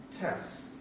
tests